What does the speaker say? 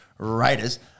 Raiders